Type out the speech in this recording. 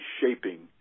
shaping